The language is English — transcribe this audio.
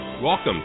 Welcome